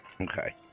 okay